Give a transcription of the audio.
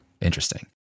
Interesting